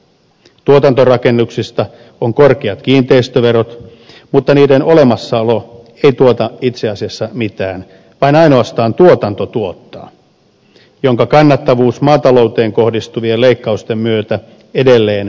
tuotantorakennuksista on korkeat kiinteistöverot mutta niiden olemassaolo ei tuota itse asiassa mitään vaan ainoastaan tuotanto tuottaa ja sen kannattavuus maatalouteen kohdistuvien leikkausten myötä edelleen heikkenee